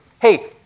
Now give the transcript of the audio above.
hey